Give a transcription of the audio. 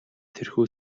тэрхүү